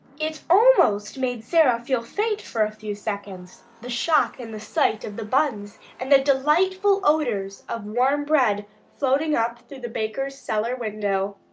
it almost made sara feel faint for a few seconds the shock and the sight of the buns and the delightful odors of warm bread floating up through the baker's cellar-window.